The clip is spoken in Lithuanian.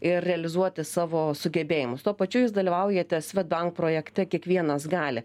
ir realizuoti savo sugebėjimus tuo pačiu jūs dalyvaujate svedbank projekte kiekvienas gali